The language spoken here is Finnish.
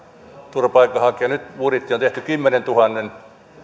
turvapaikanhakijaa nyt budjetti on tehty kymmenentuhannen